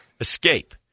escape